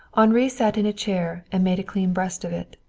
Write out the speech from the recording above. henri sat in a chair and made a clean breast of it.